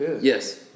Yes